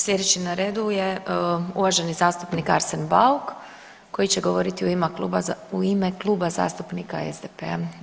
Sljedeći na redu je uvaženi zastupnik Arsen Bauk koji će govoriti u ime Kluba zastupnika SDP-a.